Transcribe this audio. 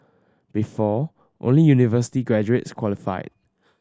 before only university graduates qualified